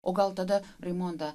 o gal tada raimonda